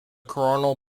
coronal